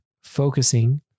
focusing